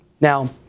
now